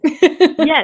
Yes